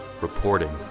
reporting